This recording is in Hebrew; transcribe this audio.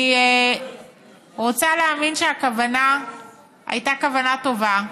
אני רוצה להאמין שהכוונה הייתה כוונה טובה,